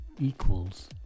equals